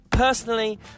personally